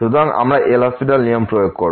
সুতরাং আমরা LHospital নিয়ম প্রয়োগ করব